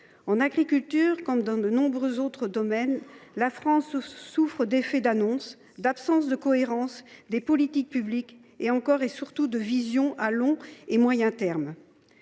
En agriculture, comme dans de nombreux autres domaines, la France souffre des effets d’annonce, de l’absence de cohérence des politiques publiques, et encore et surtout de l’absence d’une vision à long et moyen termes.